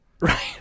right